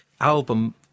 album